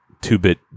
two-bit